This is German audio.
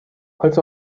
als